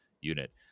unit